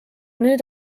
nüüd